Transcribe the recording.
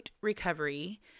Recovery